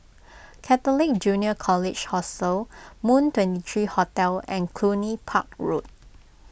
Catholic Junior College Hostel Moon twenty three Hotel and Cluny Park Road